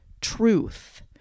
truth